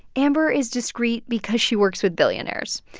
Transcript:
amber is discreet because she works with billionaires.